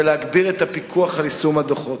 ולהגביר את הפיקוח על יישום הדוחות.